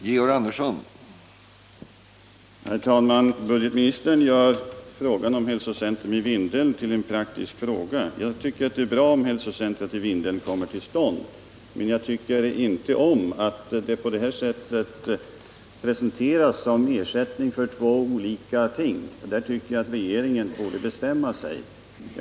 Herr talman! Budgetoch ekonomiministern gör frågan om hälsocentrumet i Vindeln till en praktisk fråga. Jag tycker att det är bra om hälsocentrumet i Vindeln kommer till stånd, men jag tycker inte om att det på detta sätt presenteras som ersättning för två olika insatser. Regeringen borde bestämma sig för vad det är fråga om.